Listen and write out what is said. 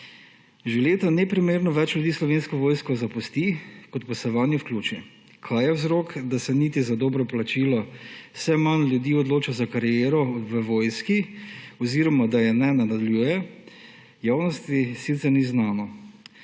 Že leta neprimerno več ljudi Slovensko vojsko zapusti, kot pa se vanjo vključi. Kaj je vzrok, da se kljub dobremu plačilu vse manj ljudi odloča za kariero v vojski oziroma da je ne nadaljuje, javnosti sicer ni znano.